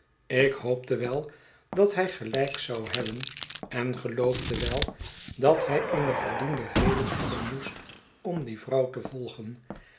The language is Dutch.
ik hoopte wel dat hij gelijk zou hebben en geloofde wel dat hij eene voldoende reden hebben moest om die vrouw te volgen